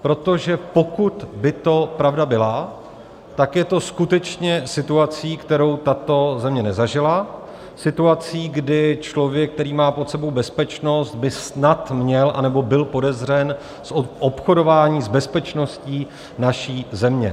Protože pokud by to pravda byla, tak je to skutečně situací, kterou tato země nezažila, situací, kdy člověk, který má pod sebou bezpečnost, by snad měl anebo byl podezřelý z obchodování s bezpečností naší země.